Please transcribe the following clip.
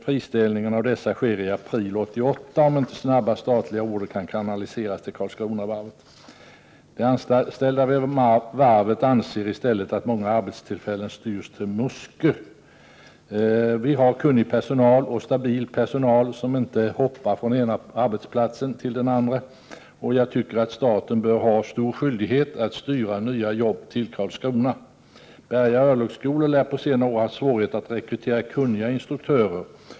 Friställning av dessa sker i april 1988, om inte statliga order snabbt kanaliseras till Karlskronavarvet. De anställda vid varvet anser att många arbetstillfällen i stället styrs till Muskö. I Karlskrona finns kunnig och stabil personal, som inte hoppar från den ena arbetsplatsen till den andra. Staten bör ha stor skyldighet att styra nya jobb till Karlskrona. Berga örlogsskolor lär på senare år haft svårigheter att rekrytera kunniga instruktörer.